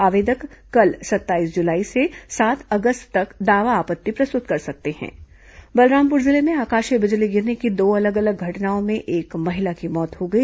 आवेदक कल सत्ताईस जुलाई से सात अगस्त तक दावा आपत्ति प्रस्तुत कर सकते केह बलरामपुर जिले में आकाशीय बिजली गिरने की दो अलग अलग घटनाओं में एक महिला की मौत हो गई